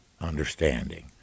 understanding